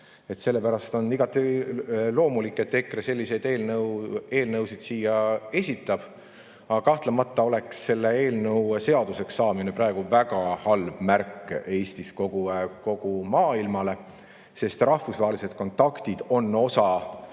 Sellepärast on igati loomulik, et EKRE selliseid eelnõusid siia esitab. Aga kahtlemata oleks selle eelnõu seaduseks saamine praegu väga halb märk Eestist kogu maailmale, sest rahvusvahelised kontaktid on osa